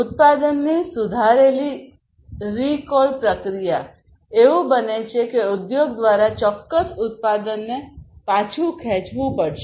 ઉત્પાદનની સુધારેલી રિકોલ પ્રક્રિયા એવું બને છે કે ઉદ્યોગ દ્વારા ચોક્કસ ઉત્પાદનને પાછુ ખેંચવું પડશે